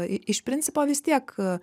iš principo vis tiek